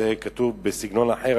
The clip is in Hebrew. זה כתוב בסגנון אחר,